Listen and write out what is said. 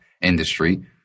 industry